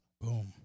Boom